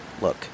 Look